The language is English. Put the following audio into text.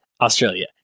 Australia